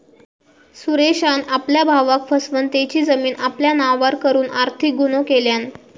सुरेशान आपल्या भावाक फसवन तेची जमीन आपल्या नावार करून आर्थिक गुन्हो केल्यान